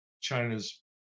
China's